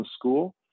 School